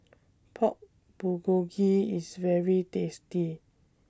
Pork Bulgogi IS very tasty